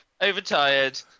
Overtired